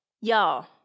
y'all